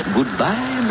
Goodbye